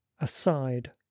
aside